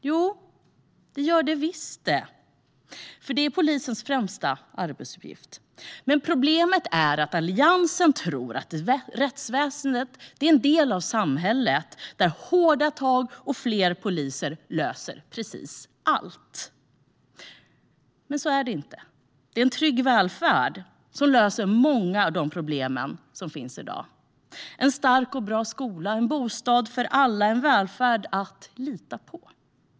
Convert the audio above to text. Jo, det gör det visst det, eftersom det är polisens främsta arbetsuppgift. Problemet är att Alliansen tror att rättsväsendet är en del av samhället där hårda tag och fler poliser löser precis allt. Men så är det inte. Det är en trygg välfärd som löser många av de problem som finns i dag - en stark och bra skola, en bostad för alla och en välfärd att lita på.